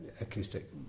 Acoustic